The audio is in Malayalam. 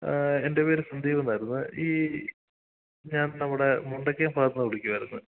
ആഹ്ഹ എൻ്റെ പേര് സന്ദീപ് എന്നായിരുന്നു ഈ ഞാൻ നമ്മുടെ മുണ്ടക്കയം ഭാഗത്ത് നിന്ന് വിളിക്കുവായിരുന്നു